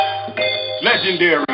Legendary